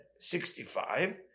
65